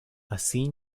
así